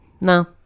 No